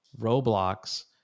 Roblox